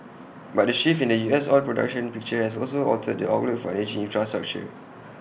but the shift in the U S oil production picture has also altered the outlook for energy infrastructure